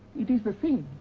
it is the same.